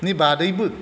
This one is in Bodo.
नि बारैबो